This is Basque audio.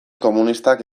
komunistak